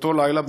באותו לילה,